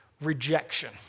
rejection